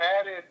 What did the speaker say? added